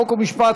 חוק ומשפט,